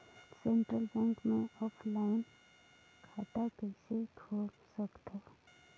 Central Bank मे offline खाता कइसे खोल सकथव?